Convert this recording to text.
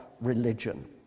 religion